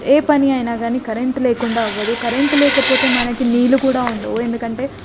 ఏ పని అయినా కానీ కరెంటు లేకుండా అవ్వదు కరెంటు లేకపోతే మనకి నీళ్లు కూడా ఉండవు ఎందుకంటే